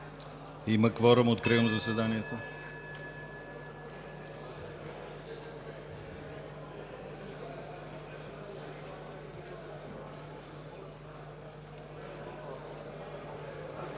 Има кворум, откривам заседанието.